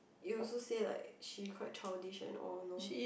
you also say like she quite childish and all no